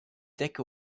decke